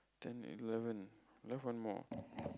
ten eleven left one more